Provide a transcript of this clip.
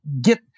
get